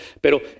pero